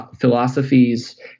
philosophies